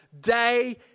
day